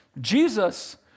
Jesus